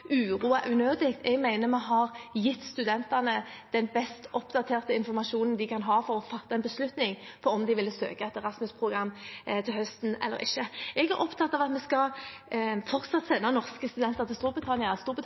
unødig. Jeg mener vi har gitt studentene den best oppdaterte informasjonen de kan ha for å fatte en beslutning om de vil søke på et Erasmus-program til høsten eller ikke. Jeg er opptatt av at vi fortsatt skal sende norske studenter til Storbritannia. Storbritannia er